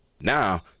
Now